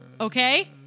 Okay